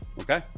Okay